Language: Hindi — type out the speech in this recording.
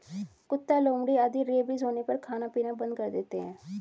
कुत्ता, लोमड़ी आदि रेबीज होने पर खाना पीना बंद कर देते हैं